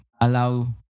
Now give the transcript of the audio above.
allow